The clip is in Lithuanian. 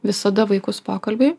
visada vaikus pokalbiui